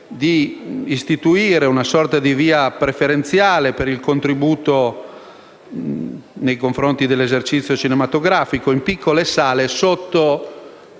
di istituire una sorta di via preferenziale per il contributo per l'esercizio cinematografico in piccole sale,